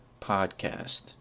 podcast